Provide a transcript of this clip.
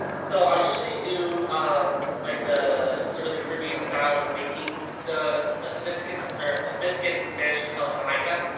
so i'll usually do um like the sort of the caribbean style of making the the hibiscus, or hibiscus in spanish we call it jamaica,